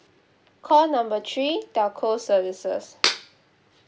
call number three telco services